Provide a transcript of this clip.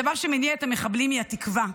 הדבר שמניע את המחבלים הוא התקווה,